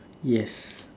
yes